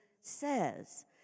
says